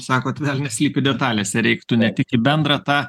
sakot velnias slypi detalėse reiktų ne tik į bendrą tą